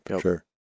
sure